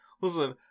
Listen